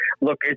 look